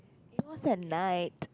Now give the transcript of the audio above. it was at night